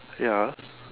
ya